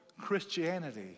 Christianity